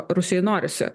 rusijai norisi